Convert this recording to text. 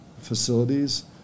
facilities